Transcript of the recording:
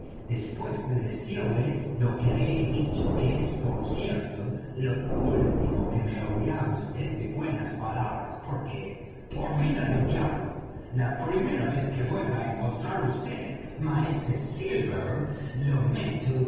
después de decirle lo que le he dicho que es por cierto lo último que me oirá vd de buenas palabras porque por vida del diablo la primera vez que vuelva á encontrar á vd maese silver le meto